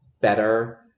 better